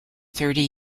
thirty